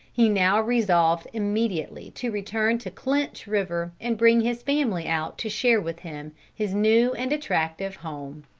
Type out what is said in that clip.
he now resolved immediately to return to clinch river, and bring his family out to share with him his new and attractive home.